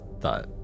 thought